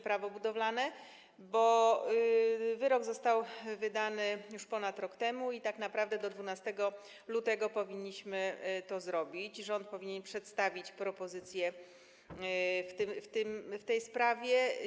Prawo budowlane, bo wyrok został wydany już ponad rok temu i tak naprawdę do 12 lutego powinniśmy to zrobić, rząd powinien przedstawić propozycję w tej sprawie.